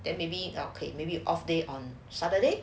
then maybe okay maybe you off day on saturday